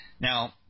Now